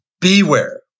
Beware